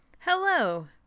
Hello